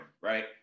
right